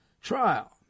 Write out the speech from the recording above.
trial